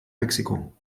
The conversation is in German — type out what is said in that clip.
mexiko